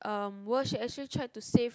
um world she actually tried to save